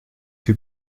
que